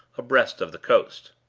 abreast of the coast.